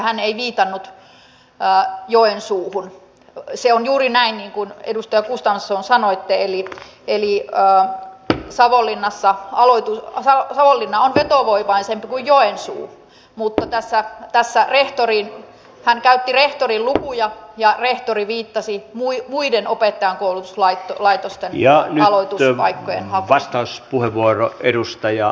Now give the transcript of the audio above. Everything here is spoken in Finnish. hän ei viitannut joensuuhun se on juuri näin niin kuin edustaja gustafsson sanoitte eli savonlinna on vetovoimaisempi kuin joensuu mutta tässä hän käytti rehtorin lukuja ja rehtori viittasi muiden opettakulut vaikka laitosten ja hallitus vai opettajankoulutuslaitosten aloituspaikkojen hakuun